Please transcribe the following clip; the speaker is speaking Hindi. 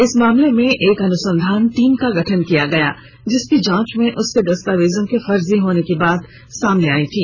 इस मामले में एक अनुसंधान टीम का गठन किया गया जिसकी जांच में उसके दस्तावेजों की फर्जी होने की बात सामने आयी थी